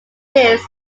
lives